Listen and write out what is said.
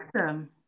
awesome